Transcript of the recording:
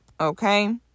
Okay